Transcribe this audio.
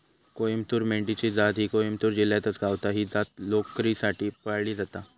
कोईमतूर मेंढी ची जात ही कोईमतूर जिल्ह्यातच गावता, ही जात लोकरीसाठी पाळली जाता